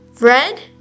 red